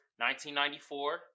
1994